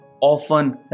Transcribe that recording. often